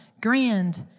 grand